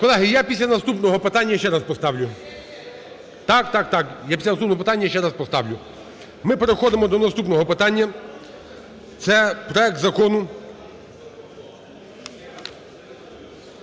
Колеги, я після наступного питання ще раз поставлю. Так, так, я після наступного питання ще раз поставлю. Ми переходимо до наступного питання. Це проект Закону…